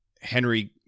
Henry